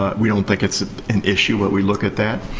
ah we don't think it's an issue, but we look at that.